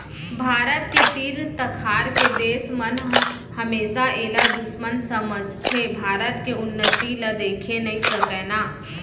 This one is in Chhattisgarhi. भारत के तीर तखार के देस मन हमेसा एला दुस्मन समझथें भारत के उन्नति ल देखे नइ सकय ना